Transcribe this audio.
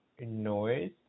noise